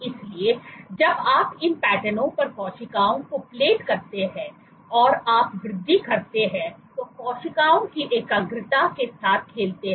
इसलिए जब आप इन पैटर्नों पर कोशिकाओं को प्लेट करते हैं और आप वृद्धि करते हैं तो कोशिकाओं की एकाग्रता के साथ खेलते हैं